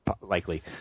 likely